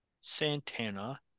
Santana